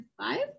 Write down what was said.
five